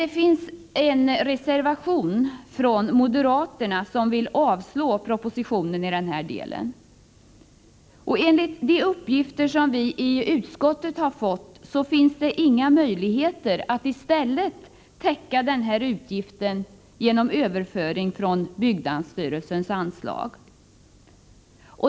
Det finns emellertid en reservation från moderaterna, som vill avslå propositionen i denna del. Enligt de uppgifter som utskottet har fått finns det inga möjligheter att i stället täcka utgiften i fråga genom överföring från byggnadsstyrelsens anslag.